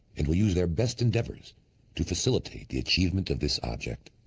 and will use their best endeavors to facilitate the achievement of this object.